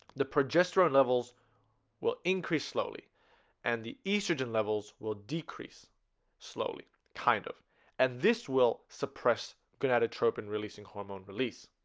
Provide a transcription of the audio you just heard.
the progesterone levels will increase slowly and the estrogen levels will decrease slowly kind of and this will suppress gonadotropin releasing hormone release